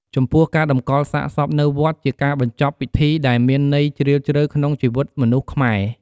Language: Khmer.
ចំពោះការតម្កលសាកសពនៅវត្តជាការបញ្ចប់ពិធីដែលមានន័យជ្រាលជ្រៅក្នុងជីវិតមនុស្សខ្មែរ។